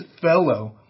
fellow